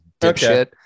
dipshit